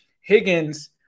Higgins